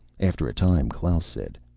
after a time klaus said,